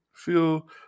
feel